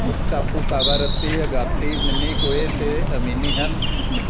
ਮੁੱਖ ਟਾਪੂ ਕਾਵਾਰੱਤੀ ਅਗਾਤੀ ਮਿਨੀਕੋਏ ਅਤੇ ਅਮੀਨੀ ਹਨ